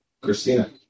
Christina